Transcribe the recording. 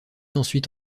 ensuite